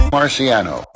Marciano